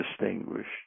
distinguished